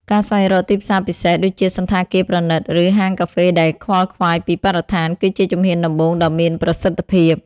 ការស្វែងរកទីផ្សារពិសេស ដូចជាសណ្ឋាគារប្រណីត ឬហាងកាហ្វេដែលខ្វល់ខ្វាយពីបរិស្ថាន គឺជាជំហានដំបូងដ៏មានប្រសិទ្ធភាព។